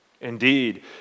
Indeed